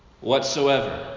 whatsoever